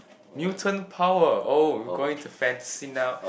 Milton power oh you going to fencing up